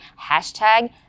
hashtag